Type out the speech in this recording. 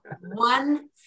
one